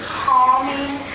calming